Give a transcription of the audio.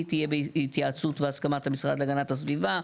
יהיה בהתייעצות והסכמת המשרד להגנת הסביבה.